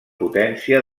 potència